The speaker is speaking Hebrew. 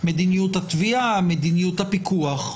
מדיניות התביעה, מדיניות הפיקוח.